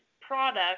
product